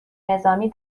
نظامی